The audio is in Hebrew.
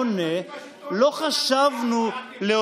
עשר שנים אתם בשלטון.